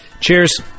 Cheers